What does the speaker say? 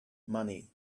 money